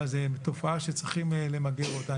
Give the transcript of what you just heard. זאת תופעה שצריכים למגר אותה.